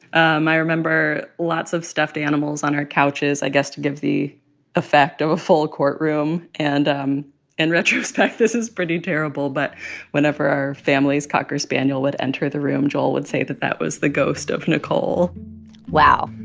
um i remember lots of stuffed animals on our couches i guess to give the effect of a full courtroom. and in um and retrospect, this is pretty terrible but whenever our family's cocker spaniel would enter the room, joel would say that that was the ghost of nicole wow.